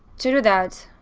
to do that